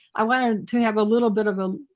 i wanted to have a little bit of a,